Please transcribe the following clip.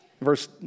verse